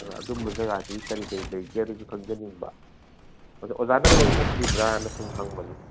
ꯑꯗꯨꯅ ꯑꯗꯨꯝꯕ ꯖꯥꯒꯥꯁꯤ ꯀꯔꯤ ꯀꯔꯤ ꯂꯩꯒꯦ ꯑꯗꯨꯁꯨ ꯈꯪꯖꯅꯤꯡꯕ ꯑꯣꯖꯥꯅꯒ ꯂꯧꯁꯟꯕꯤꯕ꯭ꯔꯥꯅ ꯁꯨꯝ ꯍꯪꯕꯅꯤ